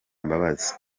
mbabazi